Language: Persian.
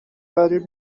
غریب